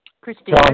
Christine